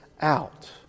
out